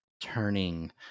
turning